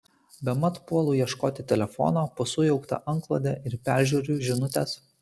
bemat puolu ieškoti telefono po sujaukta antklode ir peržiūriu žinutes